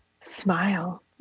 Smile